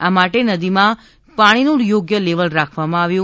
આ માટે નદીમાં પાણીનું યોગ્ય લેવલ રાખવામાં આવ્યું છે